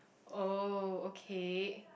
oh okay